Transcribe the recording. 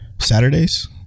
Saturdays